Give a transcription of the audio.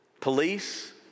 Police